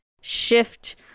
shift